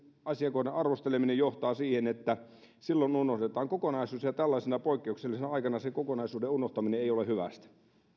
asiakohdan arvosteleminen johtaa siihen että silloin unohdetaan kokonaisuus ja tällaisena poikkeuksellisena aikana se kokonaisuuden unohtaminen ei ole hyvästä